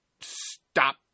stop